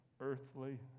earthly